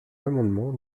l’amendement